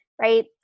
right